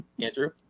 Andrew